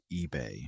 eBay